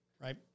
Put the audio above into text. right